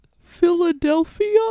Philadelphia